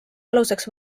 aluseks